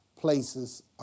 places